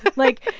like,